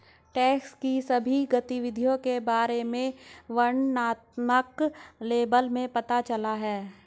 tax की सभी गतिविधियों के बारे में वर्णनात्मक लेबल में पता चला है